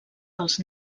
pels